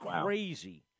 crazy